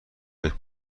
فکر